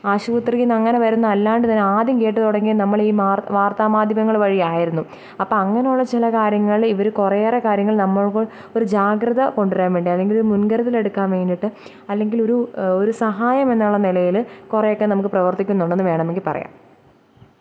ആശുപത്രിയിൽ നിന്ന് അങ്ങനെ വരുന്നത് അല്ലാണ്ട് തന്നെ ആദ്യം കേട്ടു തുടങ്ങിയ നമ്മൾ ഈ വാര്ത്താ മാധ്യമങ്ങൾ വഴി ആയിരുന്നു അപ്പം അങ്ങനെയുള്ള ചില കാര്യങ്ങളിൽ ഇവർ കുറേയേറെ കാര്യങ്ങള് നമ്മൾക്ക് ഒരു ജാഗ്രത കൊണ്ടുരാന് വേണ്ടി അല്ലെങ്കില് മുന്കരുതൽ എടുക്കാൻ വേണ്ടിയിട്ട് അല്ലെങ്കിൽ ഒരു ഒരു സഹായമെന്നുള്ള നിലയിൽ കുറെയൊക്കെ നമ്മൾക്ക് പ്രവര്ത്തിക്കുന്നുണ്ടെന്ന് വേണമെങ്കിൽ പറയാം